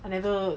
I never